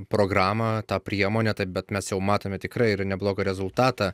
programą tą priemonę taip bet mes jau matome tikrai ir neblogą rezultatą